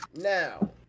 Now